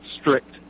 strict